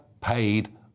paid